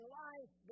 life